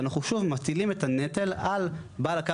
אנחנו לא מדברים על דברים נדירים.